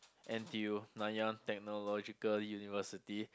N_T_U Nanyang-Technological-University